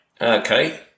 Okay